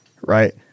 Right